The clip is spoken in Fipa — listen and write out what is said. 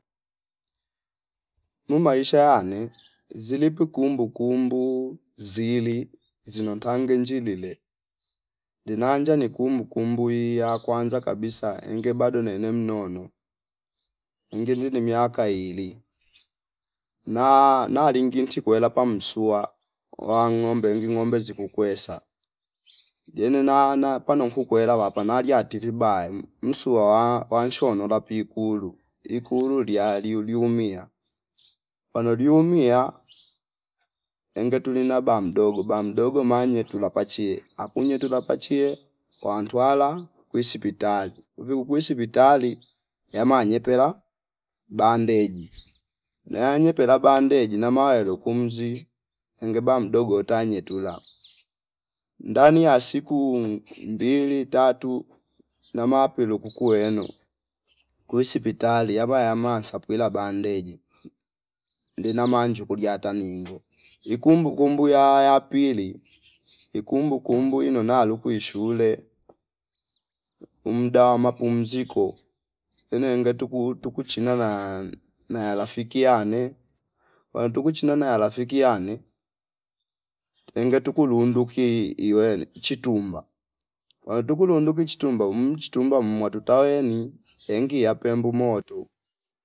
Mu maisha ane zilipwi kumbu kumbu zili zino tange njilile ndi nanja ni kumbukumbu iiwii ya kwanza kabisa enge bado nene mnono ingilili miaka iili na nalingi mchipwela pamsua wa ngombe ingi ngombe zikukwesa diene na- napano nkukwera wapanadia tivi bahi msuwa wa wanshono lapi kulu ikulu lia liu- liumia pano liumia enge tuli na bamdogo bamdogo manye tula pachie akunye tula pachie wantwala kwisipitali vikukwe isipitali yamnye pela bandeji naya nyepela bandeji nama yelo kumzi enge bamdogo tanye tula ndani ya siku mbili, tatu na pwilu kuku eno kuisi pitali yama yama sapwila bandeji ndinama manju kudia ata mingo ikumbu kumbu ya- yapili ikumbu ikumbu ino na lukwi ishule mdaa wa mapumziko ene engetu tu- tukuchina na- na ya rafiki yane waya tukuchila na ya rafiki yane enge tukulu luunduki iwene chitumba ewe tukulu luundi chitumba mhh chitumba uumwatuta weni engia pembumo oto